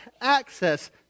access